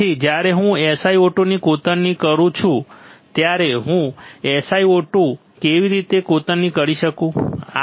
તેથી જ્યારે હું SiO2 ની કોતરણી કરું છું ત્યારે હું SiO2 કેવી રીતે કોતરણી કરી શકું છું